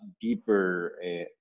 deeper